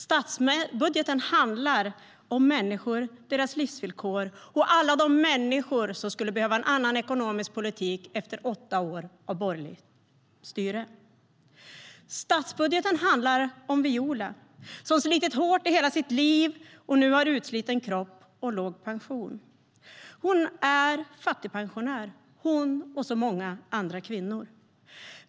Statsbudgeten handlar om människor och deras livsvillkor - alla de människor som skulle behöva en annan ekonomisk politik efter åtta år av borgerligt styre. Statsbudgeten handlar om Viola, som har slitit hårt i hela sitt liv och nu har utsliten kropp och låg pension. Hon är, som så många andra kvinnor, fattigpensionär.